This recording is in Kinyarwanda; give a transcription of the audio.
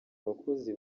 abakozi